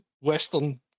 Western